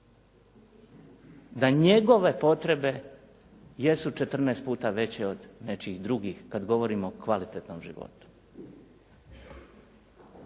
da njegove potrebe jesu 14 puta veće od nečijih drugih, kad govorimo o kvalitetnom životu.